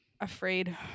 afraid